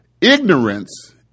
ignorance